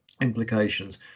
implications